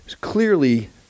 clearly